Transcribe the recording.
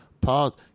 Pause